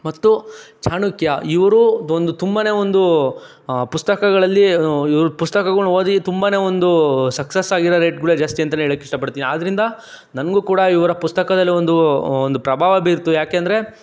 ಮತ್ತು ಚಾಣಕ್ಯ ಇವರು ಒಂದು ತುಂಬಾ ಒಂದು ಪುಸ್ತಕಗಳಲ್ಲಿ ಇವ್ರ ಪುಸ್ತಕಗಳ್ನ ಓದಿ ತುಂಬಾನೆ ಒಂದು ಸಕ್ಸಸ್ ಆಗಿರೋ ರೇಟ್ಗಳೇ ಜಾಸ್ತಿ ಅಂತನೆ ಹೇಳಕ್ಕೆ ಇಷ್ಟಪಡ್ತೀನಿ ಆದ್ದರಿಂದ ನನಗೂ ಕೂಡ ಇವರ ಪುಸ್ತಕದಲ್ಲಿ ಒಂದು ಒಂದು ಪ್ರಭಾವ ಬೀರಿತು ಯಾಕೆಂದರೆ